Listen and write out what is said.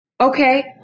Okay